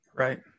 right